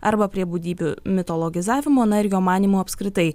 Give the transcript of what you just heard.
arba prie būdybių mitologizavimo na ir jo manymu apskritai